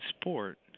sport